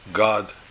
God